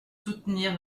soutenir